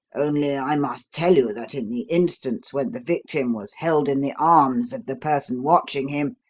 only i must tell you that, in the instance when the victim was held in the arms of the person watching him,